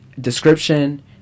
description